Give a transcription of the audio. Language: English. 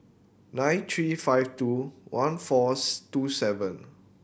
nine three five two one fourth two seven